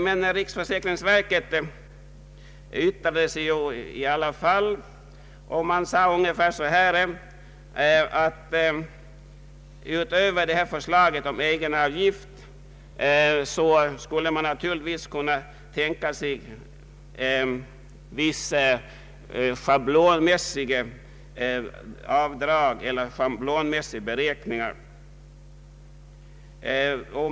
Men verket yttrade sig i alla fall och sade ungefär som så, att utöver detta förslag om egenavgift skulle man naturligtvis kunna tänka sig vissa schablonmässiga beräkningar.